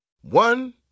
One